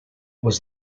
was